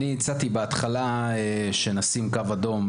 אני הצעתי בהתחלה שנשים קו אדום,